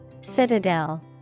Citadel